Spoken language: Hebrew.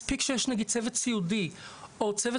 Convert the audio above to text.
מספיק שיש לי צוות סיעודי או צוות